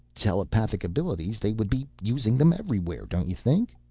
telepathic abilities, they would be using them everywhere. don't you think?